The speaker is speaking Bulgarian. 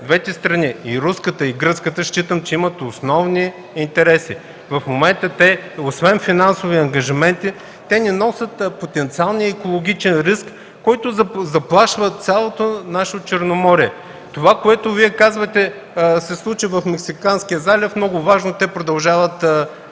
двете страни – и руската, и гръцката, считам, че имат основни интереси. В момента те освен финансови ангажименти не носят потенциалния екологичен риск, който заплашва цялото наше Черноморие. Това, което Вие казвате, се случи в Мексиканския залив – много важно, те продължават